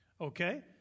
Okay